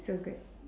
so good